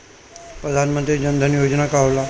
प्रधानमंत्री जन धन योजना का होला?